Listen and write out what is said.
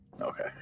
Okay